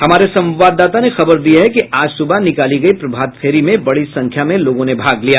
हमारे संवाददाता ने खबर दी है कि आज सुबह निकाली गयी प्रभात फेरी में बड़ी संख्या में लोगों ने भाग लिया